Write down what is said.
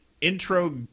intro